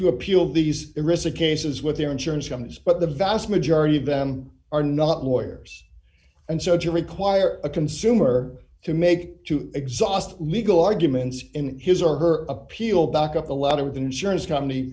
to appeal these rissa cases with their insurance companies but the vast majority of them are not lawyers and so to require a consumer to make to exhaust legal arguments in his or her appeal back up a lot of insurance company